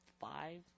five